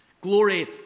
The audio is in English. Glory